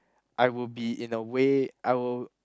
I would be in a way I will